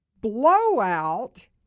blowout